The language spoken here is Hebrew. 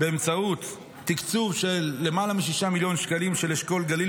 באמצעות תקצוב של למעלה מ-6 מיליון שקלים של אשכול גליל